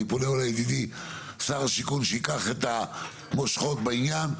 אני פונה לידידי שר השיכון שייקח את המושכות בעניין,